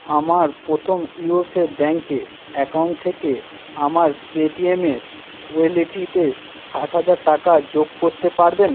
আমার প্রথম ইওরপে ব্যাঙ্কে অ্যাকাউন্ট থেকে আমার পে টি এমের ওয়ালেটটিতে ষাট হাজার টাকা যোগ করতে পারবেন